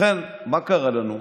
לכן, מה קרה לנו?